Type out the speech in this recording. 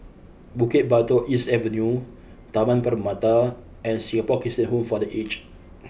Bukit Batok East Avenue Taman Permata and Singapore Christian Home for the Aged